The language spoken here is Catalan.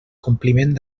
compliment